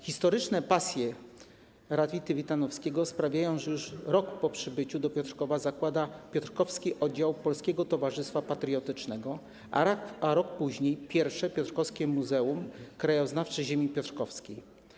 Historyczne pasje Rawity-Witanowskiego sprawiają, że już rok po przybyciu do Piotrkowa założył piotrkowski oddział Polskiego Towarzystwa Patriotycznego, a rok później - pierwsze piotrkowskie Muzeum Krajoznawcze Ziemi Piotrkowskiej.